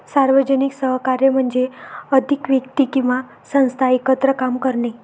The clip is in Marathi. सार्वजनिक सहकार्य म्हणजे अधिक व्यक्ती किंवा संस्था एकत्र काम करणे